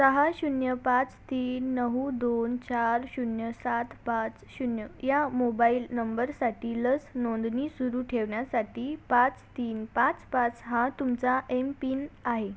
सहा शून्य पाच तीन नऊ दोन चार शून्य सात पाच शून्य या मोबाईल नंबरसाठी लस नोंदणी सुरू ठेवण्यासाठी पाच तीन पाच पाच हा तुमचा एमपिन आहे